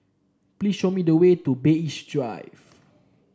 please show me the way to Bay East Drive